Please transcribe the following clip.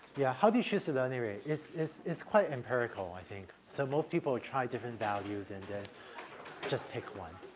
yeah. how do you choose a learning rate? it's, it's, it's quite empirical, i think. so most people would try different values, and then just pick one.